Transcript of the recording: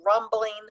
rumbling